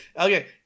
Okay